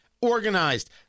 Organized